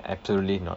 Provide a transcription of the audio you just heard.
absolutely not